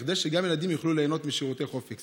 כדי שגם ילדים יוכלו ליהנות משירותי "חופיקס",